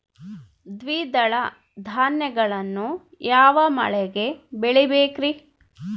ದ್ವಿದಳ ಧಾನ್ಯಗಳನ್ನು ಯಾವ ಮಳೆಗೆ ಬೆಳಿಬೇಕ್ರಿ?